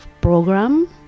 program